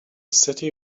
city